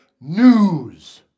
news